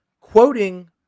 quoting